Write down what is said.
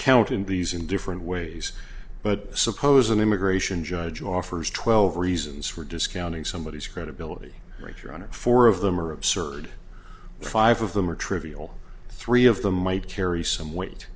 count in these in different ways but suppose an immigration judge offers twelve reasons for discounting somebody is credibility right you're on it four of them are absurd five of them are trivial three of them might carry some weight